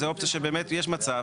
זו אופציה שבאמת יש מצב